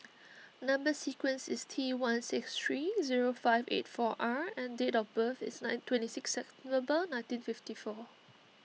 Number Sequence is T one six three zero five eight four R and date of birth is nine twenty six September nineteen fifty four